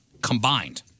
combined